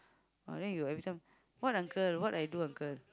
ah then you everytime what uncle what I do uncle